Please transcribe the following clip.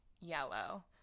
yellow